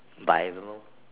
by I don't know